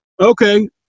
Okay